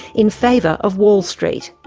in favour of wall street.